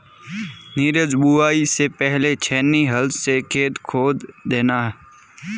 नीरज बुवाई से पहले छेनी हल से खेत खोद देना